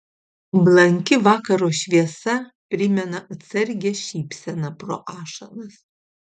blanki vakaro šviesa primena atsargią šypseną pro ašaras